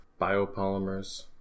biopolymers